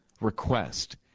request